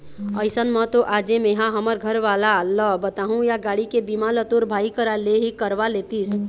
अइसन म तो आजे मेंहा हमर घरवाला ल बताहूँ या गाड़ी के बीमा ल तोर भाई करा ले ही करवा लेतिस